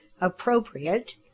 appropriate